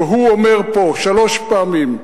כשהוא אומר פה שלוש פעמים: